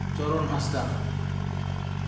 ᱪᱚᱨᱚᱱ ᱦᱟᱸᱥᱫᱟ